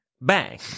Bang